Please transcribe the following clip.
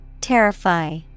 Terrify